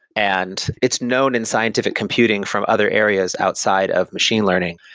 and it's known in scientific computing from other areas outside of machine learning,